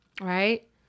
Right